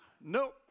Nope